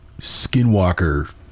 Skinwalker